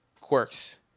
quirks